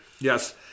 Yes